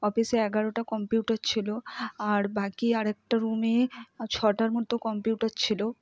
অফিসে এগারোটা কম্পিউটার ছিল আর বাকি আরেকটা রুমে ছটার মতো কম্পিউটার ছিল